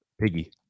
Piggy